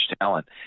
talent